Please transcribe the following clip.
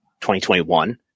2021